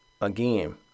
again